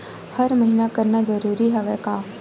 हर महीना करना जरूरी हवय का?